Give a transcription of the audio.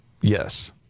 Yes